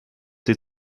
sie